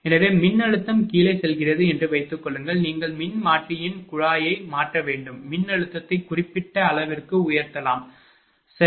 எனவே மின்னழுத்தம் கீழே செல்கிறது என்று வைத்துக்கொள்ளுங்கள் நீங்கள் மின்மாற்றியின் குழாயை மாற்ற வேண்டும் மின்னழுத்தத்தை குறிப்பிட்ட அளவிற்கு உயர்த்தலாம் சரி